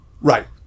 right